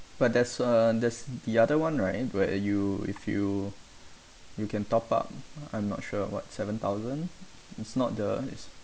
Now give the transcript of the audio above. but there's uh there's the other ones right where you if you you can top up I'm not sure what seven thousand it's not the it's